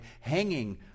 hanging